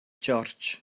george